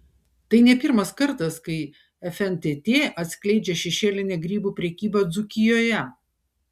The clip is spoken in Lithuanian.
tai ne pirmas kartas kai fntt atskleidžia šešėlinę grybų prekybą dzūkijoje